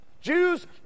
Jews